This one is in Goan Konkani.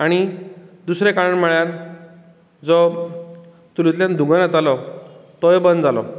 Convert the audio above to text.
आनी दुसरें कारण म्हळ्यार जो तितूंतल्यान धुंवर येतालो तोय बंद जालो